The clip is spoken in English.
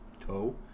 toe